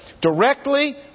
directly